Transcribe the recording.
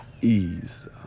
ease